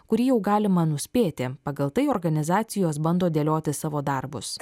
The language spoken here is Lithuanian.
kurį jau galima nuspėti pagal tai organizacijos bando dėlioti savo darbus